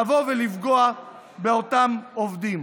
לבוא ולפגוע באותם עובדים.